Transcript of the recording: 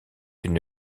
une